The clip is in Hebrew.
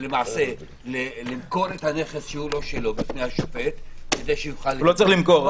למכור את הנכס שלא שלו כדי שיוכל -- הוא לא צריך למכור.